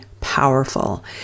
powerful